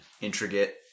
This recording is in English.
intricate